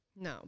No